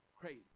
Crazy